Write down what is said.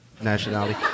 nationality